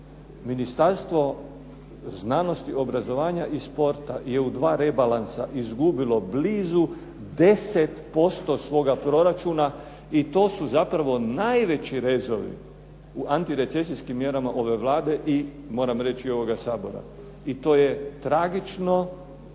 Ministarstvo znanosti, obrazovanja i sporta je u dva rebalansa izgubili blizu 10% svoga proračuna i to su zapravo najveći rezovi u antirecesijskim mjerama ove Vlade i moram reći ovoga Sabora. I to je tragično